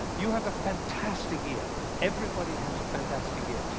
ah you have a fantastic ear. everybody has a fantastic ear.